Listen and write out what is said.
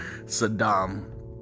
Saddam